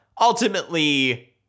Ultimately